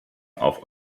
auf